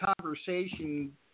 conversation